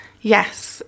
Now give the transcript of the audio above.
Yes